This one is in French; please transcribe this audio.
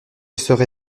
serai